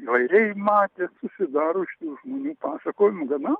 įvairiai matė susidaro iš tų žmonių pasakojimų gana